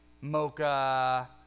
mocha